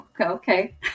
okay